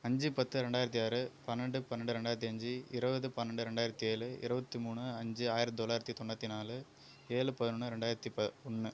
அஞ்சு பத்து ரெண்டாயிரத்து ஆறு பன்னெண்டு பன்னெண்டு ரெண்டாயிரத்து அஞ்சு இருபது பன்னெண்டு ரெண்டாயிரத்து ஏழு இருபத்தி மூணு அஞ்சு ஆயிரத்து தொள்ளாயிரத்து தொண்ணூற்றி நாலு ஏழு பதினொன்று ரெண்டாயிரத்து ப ஒன்று